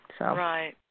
Right